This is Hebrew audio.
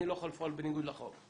אני לא יכול לפעול בניגוד לחוק.